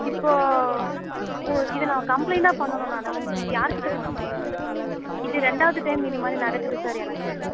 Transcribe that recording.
இப்போ ஓ இதை நான் கம்பளைன்ட்டாக பண்ணனும் நான் உ இது யாருக்கிட்ட பண்ணனும் இது ரெண்டாவது டைம் இதமாதிரி நடக்குது சார் எனக்கு